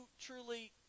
truly